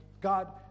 God